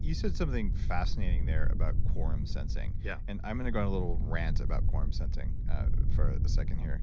you said something fascinating there about quorum sensing. yeah and i'm going to go on a little rant about quorum sensing for a second here.